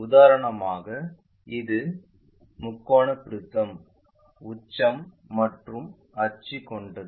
உதாரணமாக இது முக்கோண ப்ரிஸம் உச்சம் மற்றும் அச்சு கொண்டது